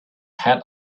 had